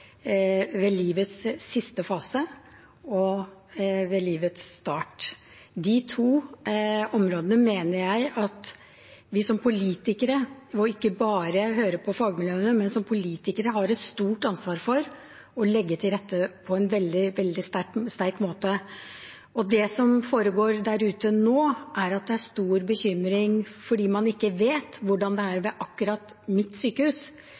ved livets siste fase og ved livets start. På de to områdene mener jeg at vi som politikere ikke bare må høre på fagmiljøene, men at vi også har et stort ansvar for å legge til rette på en veldig, veldig sterk måte. Det som foregår der ute nå, er at det er stor bekymring fordi man ikke vet hvordan det er med akkurat deres sykehus,